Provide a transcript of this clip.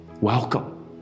Welcome